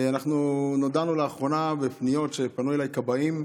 נודע לנו לאחרונה, מפניות שפנו אליי כבאים,